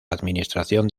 administración